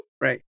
Right